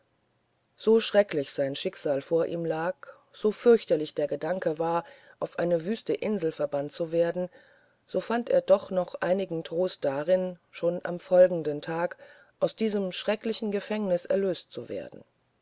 so schrecklich sein schicksal vor ihm lag so fürchterlich der gedanke war auf eine wüste insel verbannt zu werden so fand er doch noch einigen trost darin schon am folgenden tag aus diesem schrecklichen gefängnis erlöst zu werden